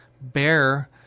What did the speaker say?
bear